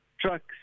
trucks